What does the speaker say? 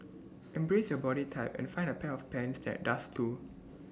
embrace your body type and find A pair of pants that does too